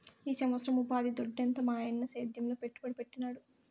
ఈ సంవత్సరం ఉపాధి దొడ్డెంత మాయన్న సేద్యంలో పెట్టుబడి పెట్టినాడు